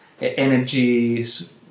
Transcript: energies